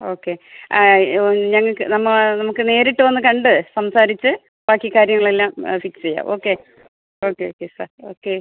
okay ആ ഞങ്ങള്ക്ക് നമ്മ നമുക്ക് നേരിട്ട് വന്ന് കണ്ട് സംസാരിച്ച് ബാക്കി കാര്യങ്ങളെല്ലാം ഫിക്സെയ്യാം okay okay okay sir okay